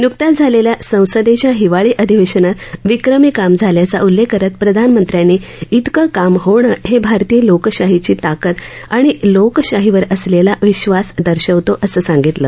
न्कत्याच झालेल्या संसदेच्या हिवाळी अधिवेशनात विक्रमी काम झाल्याचा उल्लेख करत प्रधानमंत्र्यांनी इतकं काम होणं हे भारतीय लोकशाहीची ताकत आणि लोकशाहीवर असलेला विश्वास दर्शवतो असं सांगितलं